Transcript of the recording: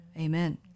Amen